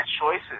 choices